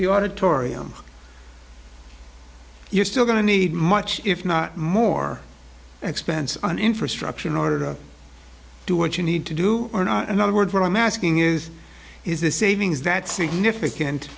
the auditorium you're still going to need much if not more expense on infrastructure in order to do what you need to do or not in other words what i'm asking is is the savings that significant